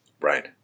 Right